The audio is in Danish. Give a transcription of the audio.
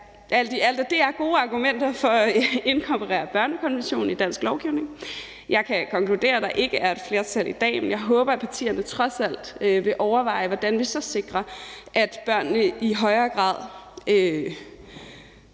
jeg, at det er gode argumenter for at inkorporere børnekonventionen i dansk lovgivning. Jeg kan konkludere, at der ikke er et flertal i dag, men jeg håber, at partierne trods alt vil overveje, hvordan vi så sikrer, at de rettigheder,